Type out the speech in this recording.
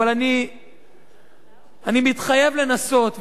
אבל אני מתחייב לנסות.